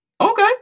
Okay